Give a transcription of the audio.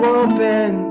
open